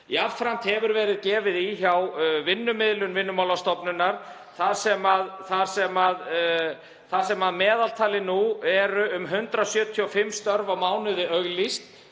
Jafnframt hefur verið gefið í hjá vinnumiðlun Vinnumálastofnunar þar sem að meðaltali 175 störf eru auglýst